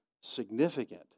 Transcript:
significant